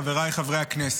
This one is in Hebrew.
חבריי חברי הכנסת,